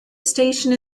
station